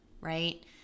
right